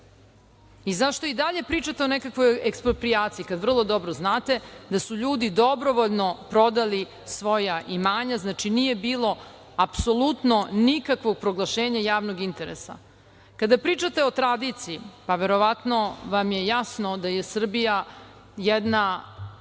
I zašto i dalje pričate o nekakvoj eksproprijaciji, kad vrlo dobro znate da su ljudi dobrovoljno prodali svoja imanja, znači nije bilo apsolutno nikakvog proglašenja javnog interesa. Kada pričate o tradiciji, verovatno vam je jasno da je Srbija jedna